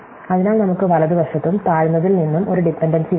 അതിനാൽ നമുക്ക് വലതുവശത്തും താഴ്ന്നതിൽ നിന്നും ഒരു ഡിപൻഡൻസി വരുന്നു